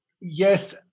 yes